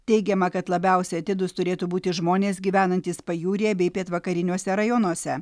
teigiama kad labiausiai atidūs turėtų būti žmonės gyvenantys pajūryje bei pietvakariniuose rajonuose